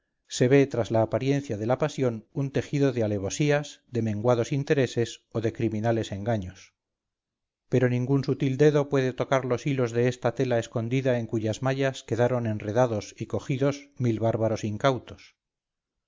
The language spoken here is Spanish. tras la apariencia de la pasión un tejido de alevosías de menguados intereses o de criminales engaños pero ningún sutil dedo puede tocar los hilos de esta tela escondida en cuyas mallas quedan enredados y cogidos mil bárbaros incautos